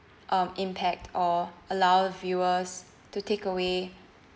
um impact or allow viewers to take away